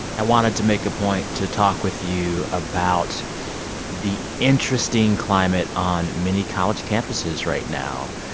i wanted to make a point to talk with you about the interesting climate on many college campuses right now.